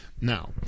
Now